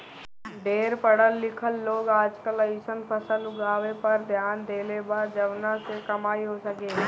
ढेर पढ़ल लिखल लोग आजकल अइसन फसल उगावे पर ध्यान देले बा जवना से कमाई हो सके